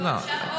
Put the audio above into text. כל הח"כים,].